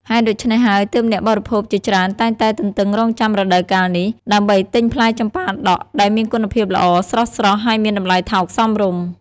ហេតុដូច្នេះហើយ ទើបអ្នកបរិភោគជាច្រើនតែងតែទន្ទឹងរង់ចាំរដូវកាលនេះ ដើម្បីទិញផ្លែចម្ប៉ាដាក់ដែលមានគុណភាពល្អ ស្រស់ៗ ហើយមានតម្លៃថោកសមរម្យ។